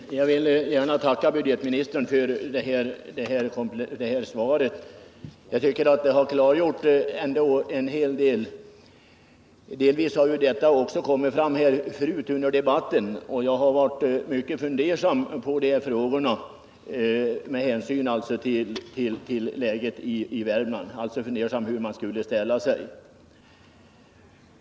Herr talman! Jag vill gärna tacka budgetministern för det svar han har givit. Jag tycker att det har klargjort en hel del, även om det delvis innehöll sådant som kommit fram tidigare i debatten. Med tanke på sysselsättningsläget i Värmland har jag varit mycket fundersam över hur Pripps skulle ställa sig.